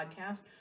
podcast